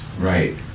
Right